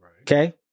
Okay